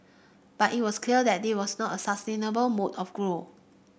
but it was clear that this was not a sustainable mode of growth